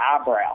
eyebrow